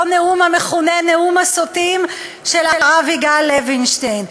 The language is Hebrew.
נאום המכונה "נאום הסוטים" של הרב יגאל לוינשטיין?